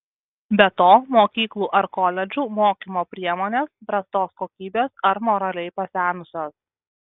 be to mokyklų ar koledžų mokymo priemonės prastos kokybės ar moraliai pasenusios